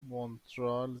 مونترال